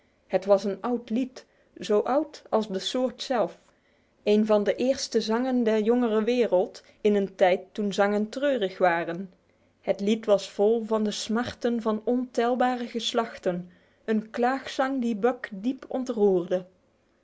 het was een oud lied zo oud als de soort zelf een van de eerste zangen der jongere wereld in een tijd toen zangen treurig waren het lied was vol van de smarten van ontelbare geslachten een klaagzang die buck diep ontroerde